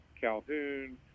Calhoun